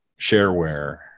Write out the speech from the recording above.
shareware